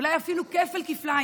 אולי אפילו כפל-כפליים.